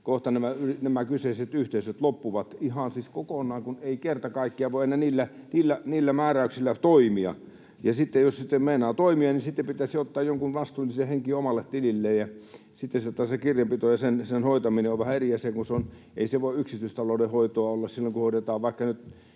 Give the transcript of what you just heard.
kohta nämä kyseiset yhteisöt loppuvat ihan siis kokonaan, kun eivät kerta kaikkiaan voi enää niillä määräyksillä toimia. Ja sitten jos meinaa toimia, niin pitäisi ottaa joku vastuullinen henkilö omalle tililleen, ja sitten taas sen kirjanpidon hoitaminen on vähän eri asia, kun ei se voi yksityistalouden hoitoa olla silloin, kun hoidetaan vaikka nyt